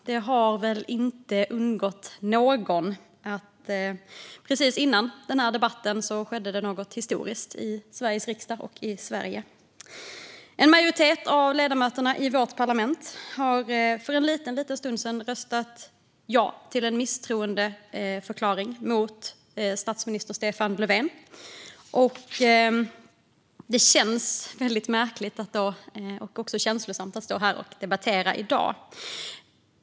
Det har väl dock inte undgått någon att det precis före den här debatten skedde något historiskt i Sveriges riksdag och i Sverige: En majoritet av ledamöterna i vårt parlament röstade för en liten stund sedan ja till en misstroendeförklaring mot statsminister Stefan Löfven. Det känns därför väldigt märkligt, och även känslosamt, att stå här och debattera i dag.